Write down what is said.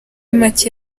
make